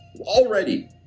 already